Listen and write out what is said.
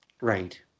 Right